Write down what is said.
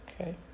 Okay